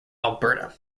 alberta